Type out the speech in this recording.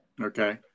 Okay